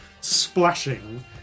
splashing